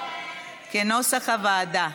כנוסח הוועדה.